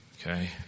Okay